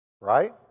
Right